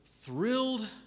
thrilled